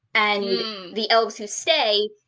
and you know the elves who stay,